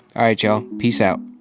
alright y'all, peace out.